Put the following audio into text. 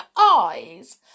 eyes